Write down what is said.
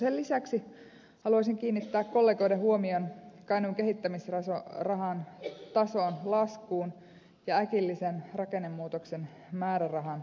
sen lisäksi haluaisin kiinnittää kollegoiden huomion kainuun kehittämisrahan tason laskuun ja äkillisen rakennemuutoksen määrärahan leikkaamiseen